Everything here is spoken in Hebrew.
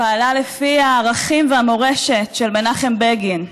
פעלה לפי הערכים והמורשת של מנחם בגין,